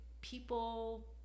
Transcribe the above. people